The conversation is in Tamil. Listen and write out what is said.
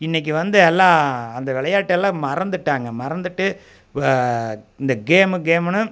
இன்றைக்கி வந்து எல்லா அந்த விளையாட்டெல்லாம் மறந்துவிட்டாங்க மறந்துவிட்டு இந்த கேமு கேமுன்னு